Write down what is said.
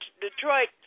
Detroit